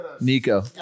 nico